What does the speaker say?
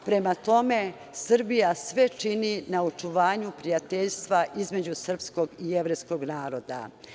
Prema tome, Srbija sve čini na očuvanju prijateljstva između srpskog i jevrejskog naroda.